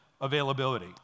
availability